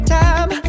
time